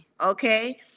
Okay